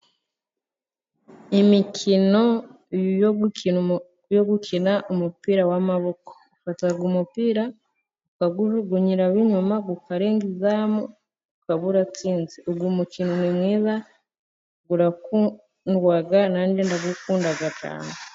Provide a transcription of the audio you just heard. Imikino yo gukina umupira w'amaboko. Ufata umupira ukawujugunyira ab'inyuma ukarenga izamu, ukaba uratsinze. Uyu mukino ni mwiza urakundwa, nange ndawukunda cyane.